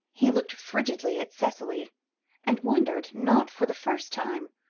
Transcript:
he looked frigidly at cicely and wondered, not for the first time,